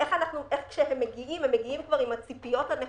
איך כשהם מגיעים הם מגיעים כבר עם הציפיות הנכונות